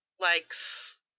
likes